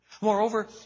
Moreover